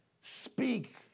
speak